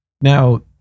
Now